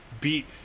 beat